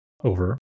over